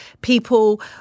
people